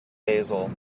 basil